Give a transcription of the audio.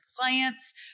clients